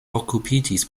okupiĝis